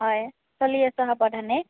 হয় চলি আছো সাৱধানে